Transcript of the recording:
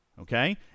Okay